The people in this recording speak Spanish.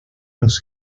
los